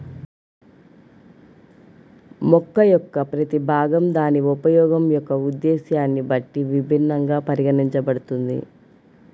మొక్క యొక్క ప్రతి భాగం దాని ఉపయోగం యొక్క ఉద్దేశ్యాన్ని బట్టి విభిన్నంగా పండించబడుతుంది